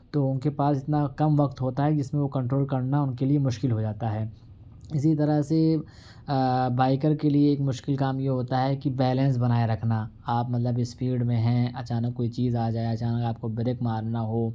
تو ان کے پاس اتنا کم وقت ہوتا ہے جس میں وہ کنٹرول کرنا ان کے لیے مشکل ہو جاتا ہے اسی طرح سے بائیکر کے لیے ایک مشکل کام یہ ہوتا ہے کہ بیلینس بنائے رکھنا آپ مطلب اسپیڈ میں ہیں اچانک کوئی چیز آ جائے اچانک آپ کو بریک مارنا ہو